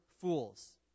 fools